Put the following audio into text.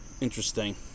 Interesting